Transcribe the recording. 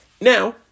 Now